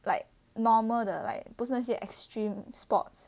like normal 的 like 不是那些 extreme sports